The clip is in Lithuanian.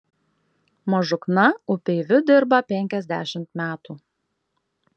mažukna upeiviu dirba penkiasdešimt metų